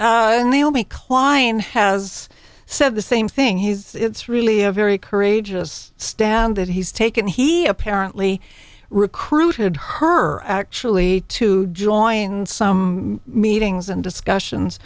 client has said the same thing he's it's really a very courageous stand that he's taken he apparently recruited her actually to join some meetings and discussions